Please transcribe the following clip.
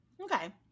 Okay